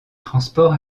transport